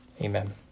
Amen